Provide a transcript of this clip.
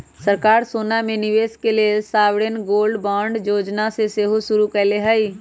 सरकार सोना में निवेश के लेल सॉवरेन गोल्ड बांड जोजना सेहो शुरु कयले हइ